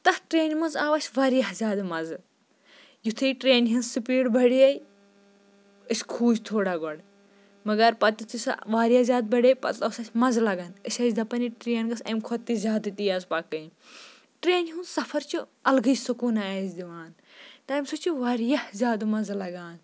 تَتھ ٹرٛینہِ منٛز آو اَسہِ واریاہ زیادٕ مَزٕ یُھُے ٹرٛینہِ ہِنٛز سِپیٖڈ بَڑے أسۍ کھوٗژۍ تھوڑا گۄڈٕ مگر پَتہٕ یُتھُے سۄ واریاہ زیادٕ بَڑے پَتہٕ اوس اَسہِ مَزٕ لگان أسۍ ٲسۍ دَپَن یہِ ٹرٛین گٔژھ اَمہِ کھۄتہٕ تہِ زیادٕ تیز پَکٕنۍ ٹرٛینہِ ہُنٛد سفر چھِ الگٕے سکوٗنہ اَسہِ دِوان تَمہِ سۭتۍ چھُ واریاہ زیادٕ مَزٕ لگان